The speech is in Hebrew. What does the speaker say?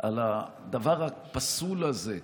על הדבר הפסול הזה,